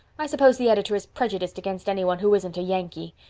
i suppose the editor is prejudiced against any one who isn't a yankee.